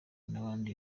n’abandi